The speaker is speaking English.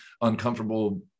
uncomfortable